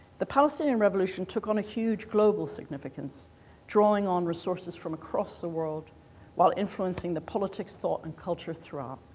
the palestinian revolution took on a huge global significance drawing on resources from across the world while influencing the politics thought and culture throughout.